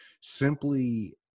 simply